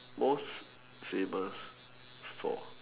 most famous for